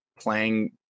playing